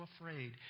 afraid